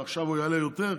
ועכשיו הוא יעלה יותר,